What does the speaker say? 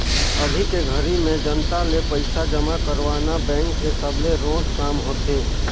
अभी के घरी में जनता ले पइसा जमा करवाना बेंक के सबले रोंट काम होथे